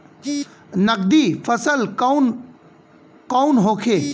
नकदी फसल कौन कौनहोखे?